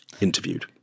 interviewed